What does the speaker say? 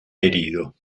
herido